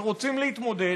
שרוצים להתמודד